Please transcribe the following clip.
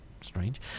strange